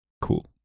cool